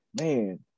Man